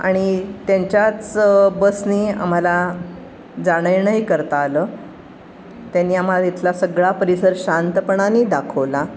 आणि त्यांच्याच बसने आम्हाला जाणंयेणंही करता आलं त्यांनी आम्हाला इथला सगळा परिसर शांतपणाने दाखवला